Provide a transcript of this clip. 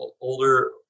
older